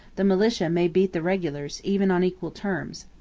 the militia may beat the regulars, even on equal terms.